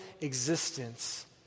existence